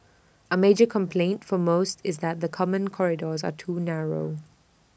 A major complaint for most is that the common corridors are too narrow